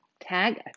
Tag